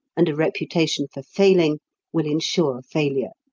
and a reputation for failing will ensure failure.